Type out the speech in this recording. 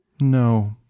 no